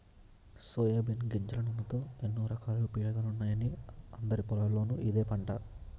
soybean గింజల నూనెతో ఎన్నో రకాల ఉపయోగాలున్నాయని అందరి పొలాల్లోనూ ఇదే పంట